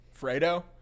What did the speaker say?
Fredo